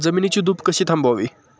जमिनीची धूप कशी थांबवावी?